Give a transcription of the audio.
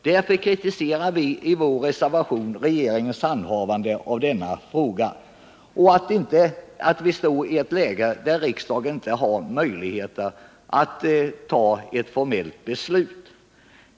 Därför kritiserar vi i vår reservation regeringens handhavande av denna fråga liksom det förhållandet att vi står i ett läge där riksdagen inte har formella möjligheter att fatta beslut.